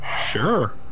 Sure